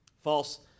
False